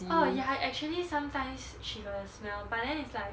orh ya actually sometimes she got the smell but then it's like